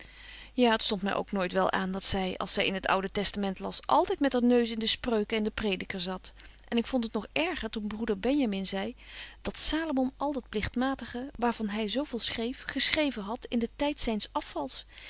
ja het stond my ook nooit wel aan dat zy als zy in het oude testament las altyd met er neus in de spreuken en den prediker zat en ik vond het nog erger toen broeder benjamin zei dat salomon al dat pligtmatige waar betje wolff en aagje deken historie van mejuffrouw sara burgerhart van hy zo veel schreef geschreven hadt in den tyds zyn's afvals